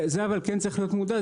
זה אבל כן צריך להיות מודע,